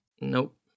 Nope